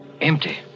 Empty